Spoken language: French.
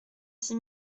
six